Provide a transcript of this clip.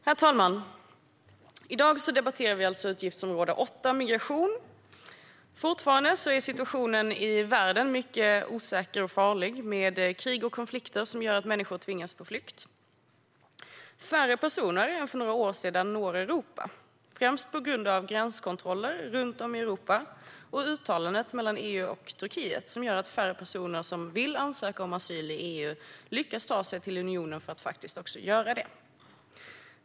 Herr talman! I dag debatterar vi utgiftsområde 8 Migration. Fortfarande är situationen i världen mycket osäker och farlig med krig och konflikter som gör att människor tvingas på flykt. Färre personer än för några år sedan når Europa, främst på grund av gränskontroller runt om i Europa och uttalandet mellan EU och Turkiet som gör att färre personer som vill ansöka om asyl i EU lyckas ta sig till unionen för att också göra det.